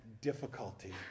difficulty